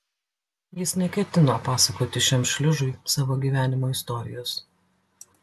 jis neketino pasakoti šiam šliužui savo gyvenimo istorijos